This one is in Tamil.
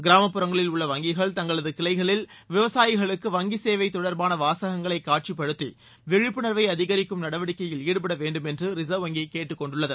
கிராமப்புறங்களில் உள்ள வங்கிகள் தங்களது கிளைகளில் விவசாயிகளுக்கு வங்கி சேவை தொடர்பான வாசகங்களை காட்சிப்படுத்தி விழிப்புணர்வை அதிகரிக்கும் நடவடிக்கையில் ஈடுபட வேண்டும் என்று ரிசர்வ் வங்கி கேட்டுக்கொண்டுள்ளது